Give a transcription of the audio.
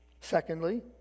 Secondly